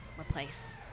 replace